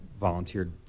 volunteered